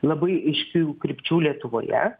labai aiškių krypčių lietuvoje